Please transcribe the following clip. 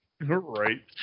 right